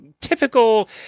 typical